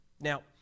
Now